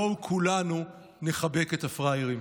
בואו כולנו נחבק את הפראיירים.